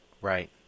Right